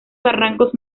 barrancos